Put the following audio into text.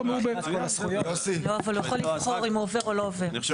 אבל הוא יכול לבחור אם הוא עובר או לא עובר.